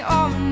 on